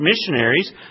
missionaries